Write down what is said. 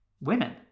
Women